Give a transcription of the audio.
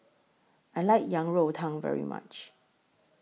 I like Yang Rou Tang very much